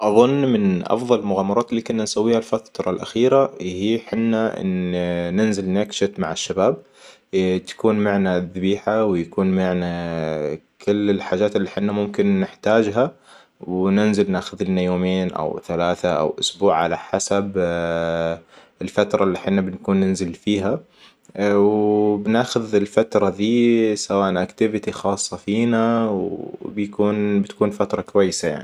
أظن من افضل المغامرات اللي كنا نسويها الفتره الأخيرة اللي هي حنا ننزل نكشت مع الشباب تكون معنا الذبيحة ويكون معنا كل الحاجات اللي حنا ممكن نحتاجها وننزل ناخذ لنا يومين أو ثلاثة او أسبوع على حسب الفتره اللي حنا بنكون ننزل فيها. وبناخذ الفترة ذي سواء أكتيفيتي خاصة فينا وبيكون بتكون فترة كويسة يعني